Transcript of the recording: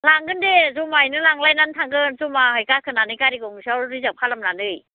लांगोन दे जमायैनो लांलायनानै थांगोन जमायै गाखोनानै गारि गंसेयाव रिजार्भ खालामनानै